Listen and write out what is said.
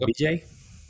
BJ